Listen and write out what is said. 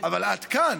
אבל עד כאן,